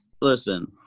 listen